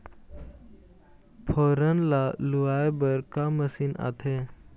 फोरन ला लुआय बर का मशीन आथे?